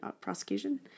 prosecution